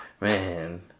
Man